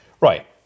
Right